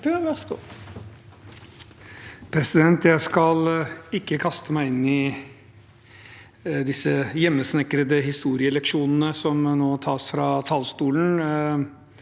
Jeg skal ikke kaste meg inn i disse hjemmesnekrede historieleksjonene som nå tas fra talerstolen.